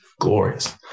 glorious